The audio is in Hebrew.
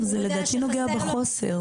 לדעתי זה נוגע בחוסר.